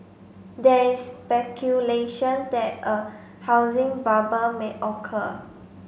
there is speculation that a housing bubble may occur